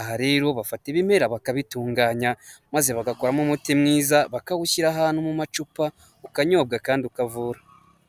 aha rero bafata ibimera bakabitunganya maze bagakuramo umuti mwiza, bakawushyira ahantu no mu macupa ukanyobwa kandi ukavura.